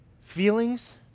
feelings